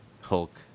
Hulk